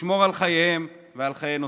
לשמור על חייהם ועל חיי נוספים.